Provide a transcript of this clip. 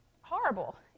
horrible